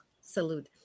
Salute